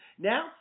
Now